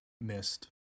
missed